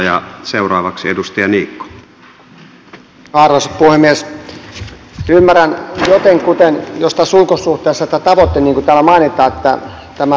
ymmärrän jotenkuten jos tässä ulkosuhteessa tämä tavoite on tämä